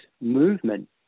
movement